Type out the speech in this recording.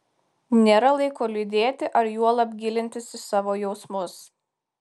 nėra laiko liūdėti ar juolab gilintis į savo jausmus